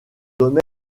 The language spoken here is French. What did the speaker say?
domaine